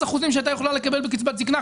אחוזים שהייתה יכולה לקבל בקצבת זקנה,